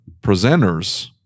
presenters